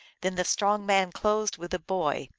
then the strong man closed with the boy.